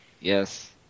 Yes